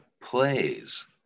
plays